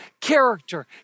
character